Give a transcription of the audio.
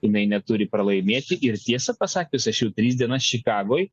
jinai neturi pralaimėti ir tiesą pasakius aš jau tris dienas čikagoj